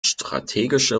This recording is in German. strategische